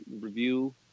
review